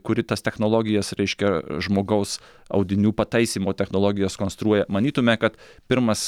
kuri tas technologijas reiškia žmogaus audinių pataisymo technologijas konstruoja manytume kad pirmas